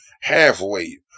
halfway